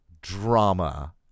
drama